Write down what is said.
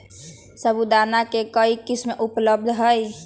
साबूदाना के कई किस्म उपलब्ध हई